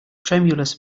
tremulous